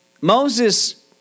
Moses